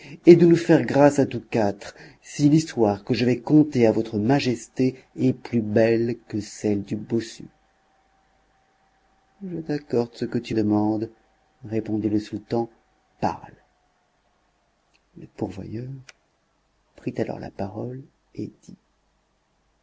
et de nous faire grâce à tous quatre si l'histoire que je vais conter à votre majesté est plus belle que celle du bossu je t'accorde ce que tu demandes répondit le sultan parle le pourvoyeur prit alors la parole et dit